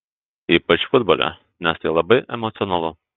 ypač futbole nes tai labai emocionalu